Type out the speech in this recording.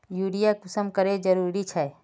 Urea कुंसम करे जरूरी छै?